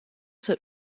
set